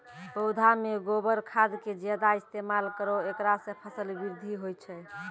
पौधा मे गोबर खाद के ज्यादा इस्तेमाल करौ ऐकरा से फसल बृद्धि होय छै?